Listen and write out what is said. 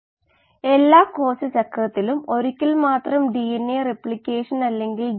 അതിനാൽ ഈ സാഹചര്യത്തിൽ ഇൻപുട്ട് മാത്രമേയുള്ളൂ ഔട്ട്പുട്ട് ഇല്ല